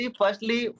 firstly